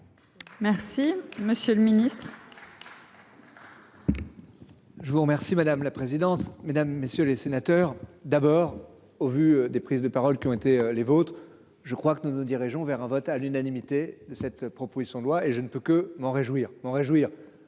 Merci, monsieur le Ministre. Je vous remercie madame la présidence, mesdames, messieurs les sénateurs. D'abord au vu des prises de parole qui ont été les vôtres. Je crois que nous nous dirigeons vers un vote à l'unanimité de cette proposition de loi et je ne peux que m'en réjouir